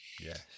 Yes